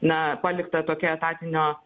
na palikta tokia etatinio